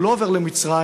הוא לא עובר למצרים,